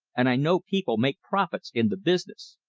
and i know people make profits in the business.